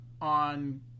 on